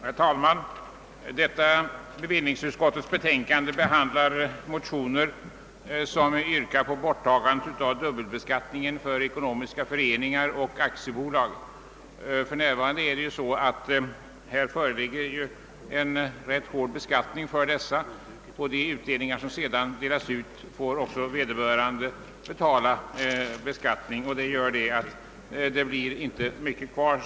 Herr talman! I bevillningsutskottets förevarande betänkande behandlas ett motionspar, där vi yrkat att dubbelbeskattningen av ekonomiska föreningar och aktiebolag borttages. Beskattningen av sådana företag och föreningar är för närvarande hård, och de utdelningar som göres får vederbörande betala skatt på. Sedan är det inte mycket kvar.